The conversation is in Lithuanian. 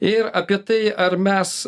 ir apie tai ar mes